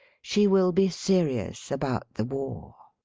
she will be serious about the war.